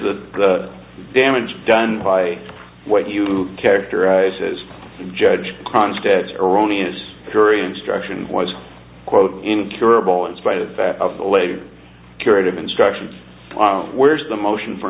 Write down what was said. the damage done by what you characterize as judge kronstadt erroneous curry instruction was quote incurable in spite of the fact of the later curative instructions where's the motion for